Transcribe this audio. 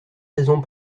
raisons